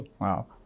wow